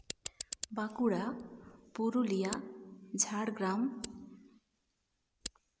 Bankura Purulia Jhargram